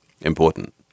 important